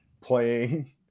playing